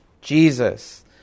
Jesus